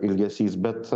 ilgesys bet